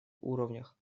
уровнях